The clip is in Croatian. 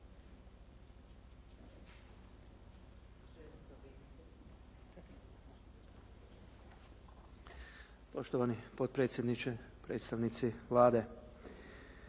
Poštovani potpredsjedniče, predstavnici Vlade,